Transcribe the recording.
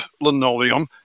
linoleum